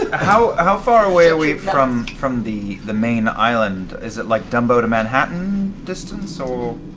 how how far away are we from from the the main island? is it like dumbo to manhattan distance? so